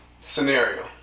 Scenario